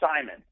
Simon